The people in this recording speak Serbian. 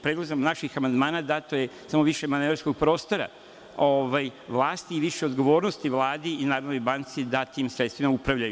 Predlozima naših amandmana dato je samo više manevarskog prostora vlasti i više odgovornosti Vladi i Narodnoj banci da tim sredstvima upravljaju.